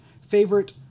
Favorite